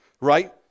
right